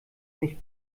nicht